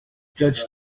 judge